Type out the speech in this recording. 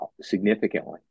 significantly